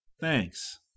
Thanks